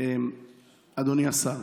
אדוני השר,